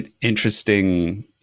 interesting